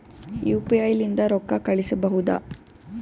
UPI ಲಿಂದ ರೊಕ್ಕ ಕಳಿಸಬಹುದಾ?